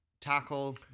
tackle